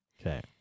Okay